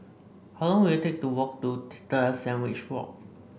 how long will it take to walk to Sandwich Road